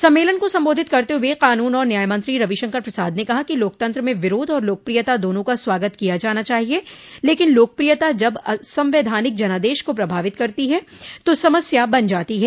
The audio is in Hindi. सम्मेलन को संबोधित करते हुए कानून और न्याय मंत्री रविशंकर प्रसाद ने कहा कि लोकतंत्र में विरोध और लोकप्रियता दोनों का स्वागत किया जाना चाहिए लेकिन लोकप्रियता जब संवैधानिक जनादेश को प्रभावित करती है तो समस्या बन जाती है